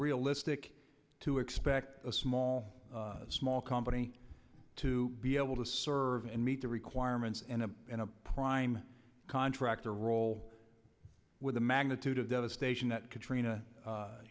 realistic to expect a small small company to be able to serve and meet the requirements and a prime contractor role with the magnitude of devastation that katrina